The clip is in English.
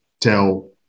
tell